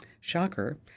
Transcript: Shocker